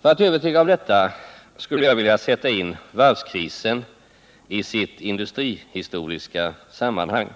För att övertyga om detta skulle jag vilja sätta in varvskrisen i sitt industrihistoriska sammanhang.